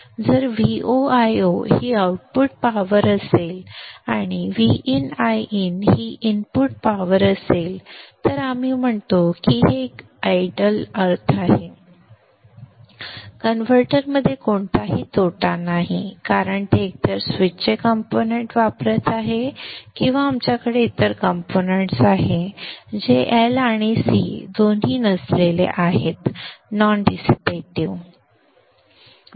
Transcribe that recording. जर VoIo ही output power असेल आणि VinIin ही इनपुट पॉवर असेल तर आम्ही म्हणतो की एक आदर्श अर्थ आहे कन्व्हर्टरमध्ये कोणताही तोटा नाही कारण ते एकतर स्विचचे कंपोनेंट्स वापरत आहेत किंवा आमच्याकडे इतर कंपोनेंट्स आहेत जे L आणि C दोन्ही नॉन डिसिपॅटीव्ह आहेत